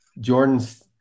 Jordan's